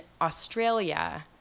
Australia